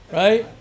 right